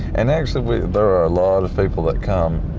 and actually there are a lot of people that come,